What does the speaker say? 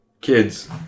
kids